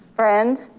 friend?